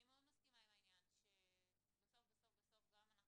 אני מאוד מסכימה עם העניין שבסוף גם אנחנו,